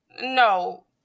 No